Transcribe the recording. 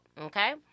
Okay